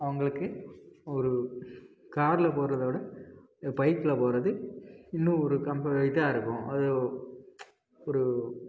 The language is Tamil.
அவங்களுக்கு ஒரு காரில் போகிறத விட பைக்கில் போகிறது இன்னும் ஒரு இதாக இருக்கும் அது ஒரு